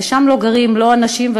ושם לא גרים לא אנשים,